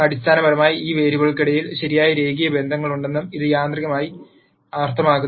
അടിസ്ഥാനപരമായി ഈ വേരിയബിളുകൾക്കിടയിൽ ശരിക്കും രേഖീയ ബന്ധങ്ങളുണ്ടെന്നാണ് ഇത് യാന്ത്രികമായി അർത്ഥമാക്കുന്നത്